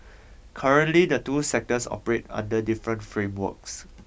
currently the two sectors operate under different frameworks